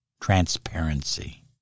Transparency